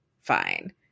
Fine